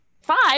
five